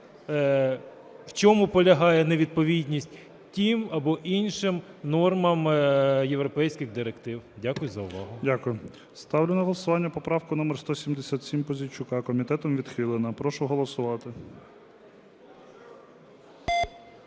в чому полягає невідповідність тим або іншим нормам європейських директив. Дякую за увагу. ГОЛОВУЮЧИЙ. Дякую. Ставлю на голосування поправку номер 177 Пузійчука. Комітетом відхилена. Прошу голосувати.